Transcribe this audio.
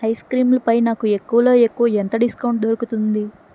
ఐస్క్రీంలపై నాకు ఎక్కువలో ఎక్కువ ఎంత డిస్కౌంట్ దొరుకుతుంది